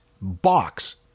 box